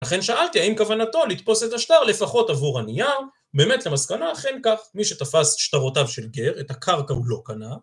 לכן שאלתי, האם כוונתו לטפוס את השטר לפחות עבור הנייר, באמת למסקנה אכן כך, מי שתפס שטרותיו של גר את הקרקע הוא לא קנה.